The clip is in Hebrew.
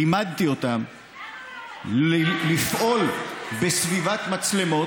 לימדתי אותם לפעול בסביבת מצלמות,